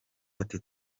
ati